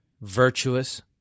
virtuous